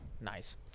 Nice